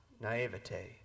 naivete